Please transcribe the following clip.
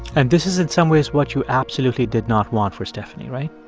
and this is, in some ways, what you absolutely did not want for stephanie, right?